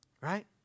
right